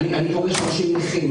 פוצעות והופכות אנשים לנכים.